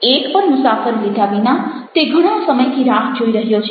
એક પણ મુસાફર લીધા વિના તે ઘણા સમયથી રાહ જોઈ રહ્યો છે